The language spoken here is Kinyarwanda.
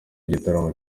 gitaramo